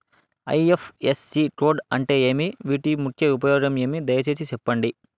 IFSC code అంటే ఏమి? వీటి ముఖ్య ఉపయోగం ఏమి? దయసేసి సెప్పండి?